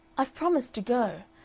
i've promised to go.